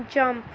jump